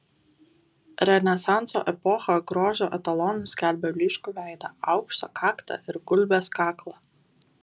renesanso epocha grožio etalonu skelbė blyškų veidą aukštą kaktą ir gulbės kaklą